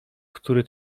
który